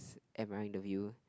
am I don't you